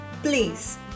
Please